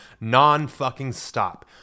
non-fucking-stop